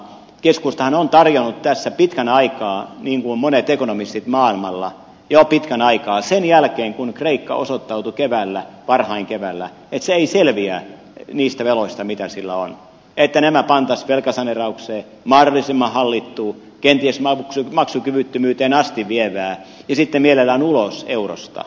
keskustahan on tarjonnut tässä pitkän aikaa niin kuin ovat monet ekonomistit maailmalla tarjonneet jo pitkän aikaa sen jälkeen kun osoittautui varhain keväällä että kreikka ei selviä niistä veloista mitä sillä on mahdollisuutta että nämä pantaisiin velkasaneeraukseen mahdollisimman hallittuun kenties maksukyvyttömyyteen asti vievään ja sitten mielellään ulos eurosta